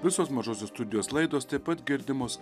visos mažosios studijos laidos taip pat girdimos